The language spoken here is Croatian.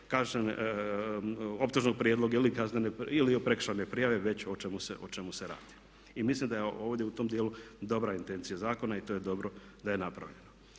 optužnog prijedloga ili prekršajne prijave već o čemu se radi. I mislim da je ovdje u tom dijelu dobra intencija zakona i to je dobro da je napravljeno.